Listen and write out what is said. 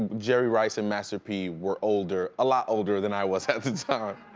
jerry rice and master p were older, a lot older than i was time.